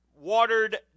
watered